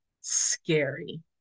scary